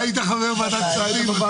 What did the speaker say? אתה היית חבר בוועדת כספים?